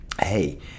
hey